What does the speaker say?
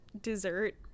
dessert